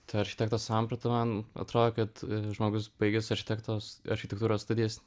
ta architekto samprata man atrodo kad žmogus baigęs architektos architektūros studijas